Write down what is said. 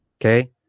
okay